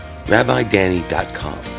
RabbiDanny.com